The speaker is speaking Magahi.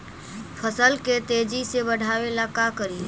फसल के तेजी से बढ़ाबे ला का करि?